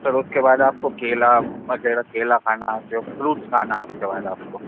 फ़िर उसके बाद आपको केला वगैरह केला खाना है सेब फ्रूटस खाना है उसके बाद आपको